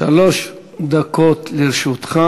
שלוש דקות לרשותך.